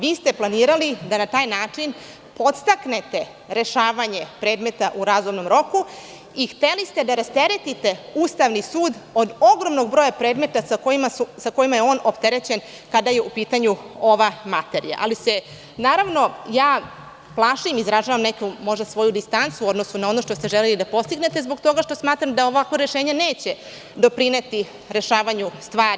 Vi ste planirali da na taj način podstaknete rešavanje predmeta u razumnom roku i hteli ste da rasteretite Ustavni sud od ogromnog broja predmeta sa kojima je on opterećen kada je u pitanju ova materija, ali se plašim i izražavam neku svoju distancu u odnosu na ono što ste želeli da postignete zbog toga što smatram da ovakvo rešenje neće doprineti rešavanju stvari.